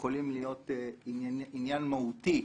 יכול להיות עניין מהותי,